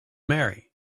marry